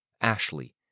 Ashley